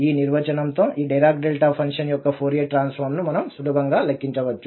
ఈ నిర్వచనంతో ఈ డిరాక్ డెల్టా ఫంక్షన్ యొక్క ఫోరియర్ ట్రాన్సఫార్మ్ ను మనం సులభంగా లెక్కించవచ్చు